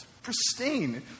pristine